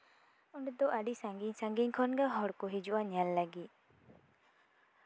ᱚᱸᱰᱮ ᱫᱚ ᱟᱹᱰᱤ ᱥᱟᱺᱜᱤᱧ ᱥᱟᱺᱜᱤᱧ ᱠᱷᱚᱱᱜᱮ ᱦᱚᱲ ᱠᱚ ᱦᱤᱡᱩᱜᱼᱟ ᱧᱮᱞ ᱞᱟᱹᱜᱤᱫ